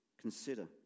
consider